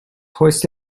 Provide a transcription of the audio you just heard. hoist